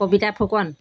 Kavita Phukan